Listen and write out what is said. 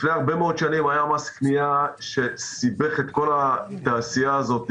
לפני הרבה מאוד שנים היה מס קנייה שסיבך את כל התעשייה הזאת.